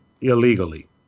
illegally